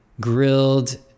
grilled